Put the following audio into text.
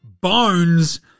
Bones